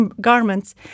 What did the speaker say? garments